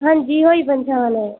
हां जी होई पन्छान